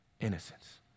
innocence